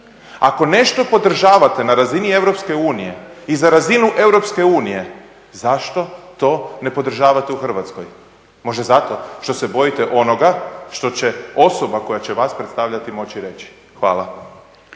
ako nešto podržavate na razini EU i za razinu EU, zašto to ne podržavate u Hrvatskoj? Možda zato što se bojite onoga što će osoba koja će vas predstavljati moći reći. Hvala.